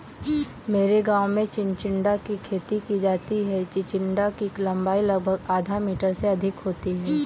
मेरे गांव में चिचिण्डा की खेती की जाती है चिचिण्डा की लंबाई लगभग आधा मीटर से अधिक होती है